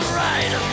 ride